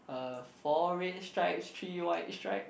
uh four red stripes three white stripe